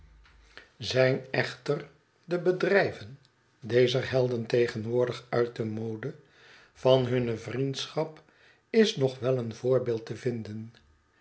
zijn echter de bedrijven dezer helden tegenwoordig uit de mode van hunne v r i e n d s c h a p is nog wel een voorbeeld te vinden